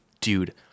dude